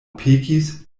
pekis